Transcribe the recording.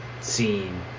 scene